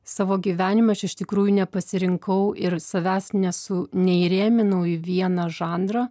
savo gyvenime aš iš tikrųjų nepasirinkau ir savęs nesu neįrėminau į vieną žanrą